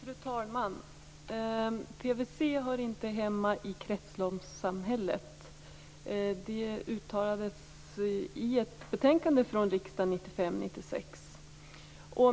Fru talman! PVC hör inte hemma i kretsloppssamhället. Detta uttalades i ett betänkande från riksdagen från 1995/96.